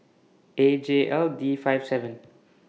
A J L D five seven